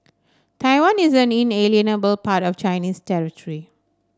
Taiwan is an inalienable part of Chinese territory